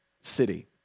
city